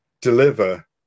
deliver